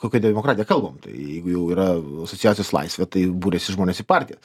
kokią demokratiją kalbam tai jeigu jau yra asociacijos laisvė tai buriasi žmonės į partijas